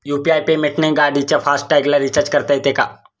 UPI पेमेंटने गाडीच्या फास्ट टॅगला रिर्चाज करता येते का?